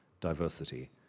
diversity